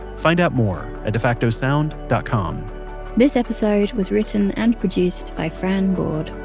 find out more at defactosound dot com this episode was written and produced by fran board,